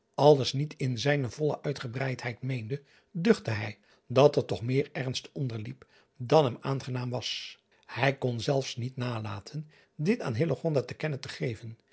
alles niet in zijne volle uitgebreidheid meende duchtte hij dat er toch meer ernst onderliep dan hem aangenaam was ij kon zelfs niet nalaten dit aan te kennen te geven